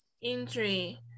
injury